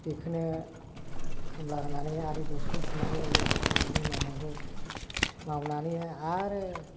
बेखोनो खामला होनानै आरो दिसुंथेनांगौ जायो बोसोरसेनि मावनांगौ मावनानै आरो